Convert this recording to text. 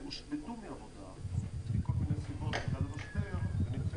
הושבתו מעבודה בגלל המשבר, יש